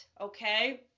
Okay